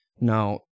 now